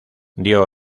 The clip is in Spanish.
dio